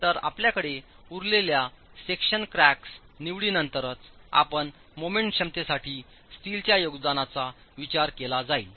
तर आपल्याकडे उरलेल्या सेक्शन क्रॅक्स निवडीनंतरच आपण मोमेंट क्षमतेसाठी स्टीलच्या योगदानाचा विचार केला जाईल